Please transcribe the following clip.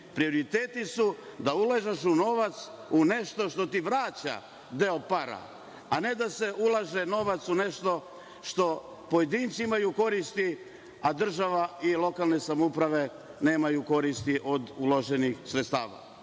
Prioriteti su da ulažeš novac u nešto što ti vraća deo para, a ne da se ulaže novac u nešto što pojedinci imaju koristi a država i lokalne samouprave nemaju koristi od uloženih sredstava. Želim